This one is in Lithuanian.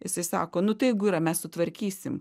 jisai sako nu tai jeigu yra mes sutvarkysim